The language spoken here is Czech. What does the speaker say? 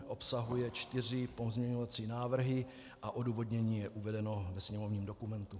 Obsahuje čtyři pozměňovací návrhy a odůvodnění je uvedeno ve sněmovním dokumentu.